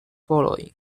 following